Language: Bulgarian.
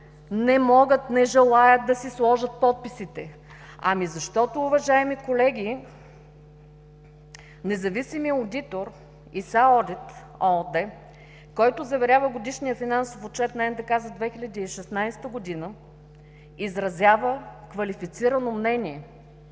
не могат, не желаят да си сложат подписите. Ами защото, уважаеми колеги, независимият одитор и „ИсаОдит“ ООД, който заверява Годишния финансов отчет на НДК за 2016 г., изразява квалифицирано мнение,